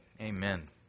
Amen